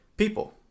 people